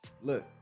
Look